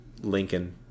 Lincoln